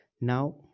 now